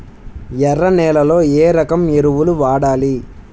ఎర్ర నేలలో ఏ రకం ఎరువులు వాడాలి?